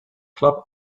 club